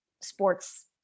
sports